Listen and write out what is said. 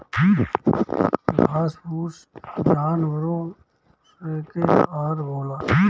घास फूस जानवरो स के आहार होला